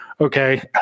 Okay